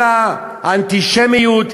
אלא האנטישמיות קיימת,